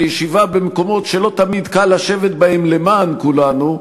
ישיבה במקומות שלא תמיד קל לשבת בהם למען כולנו,